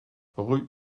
rue